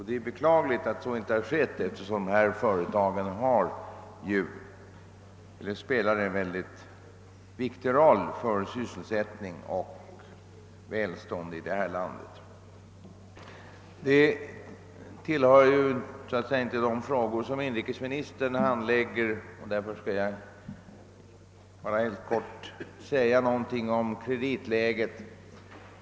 Det är beklagligt att så inte har skett, eftersom dessa företag spelar en mycket viktig roll för sysselsättningen och välståndet i detta land. Kreditläget tillhör inte de frågor som inrikesministern handlägger. Därför skall jag fatta mig helt kort.